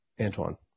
antoine